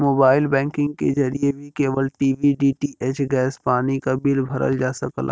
mobile banking के जरिए भी केबल टी.वी डी.टी.एच गैस पानी क बिल भरल जा सकला